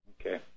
Okay